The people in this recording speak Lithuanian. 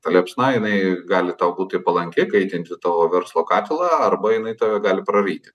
ta liepsna jinai gali tau būti palanki kaitinti tavo verslo katilą arba jinai tave gali praryti